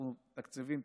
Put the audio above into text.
אנחנו מתקציבים.